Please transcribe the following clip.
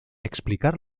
explicar